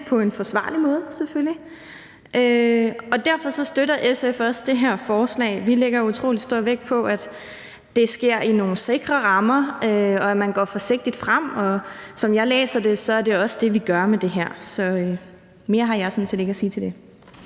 på en forsvarlig måde, selvfølgelig – og derfor støtter SF også det her forslag. Vi lægger utrolig stor vægt på, at det sker i nogle sikre rammer, og at man går forsigtigt frem, og som jeg læser det, er det også det, vi gør, med det her. Så mere har jeg sådan set ikke at sige til det.